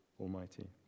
Almighty